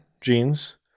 jeans